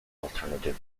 alternative